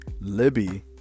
Libby